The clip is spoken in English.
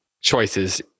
choices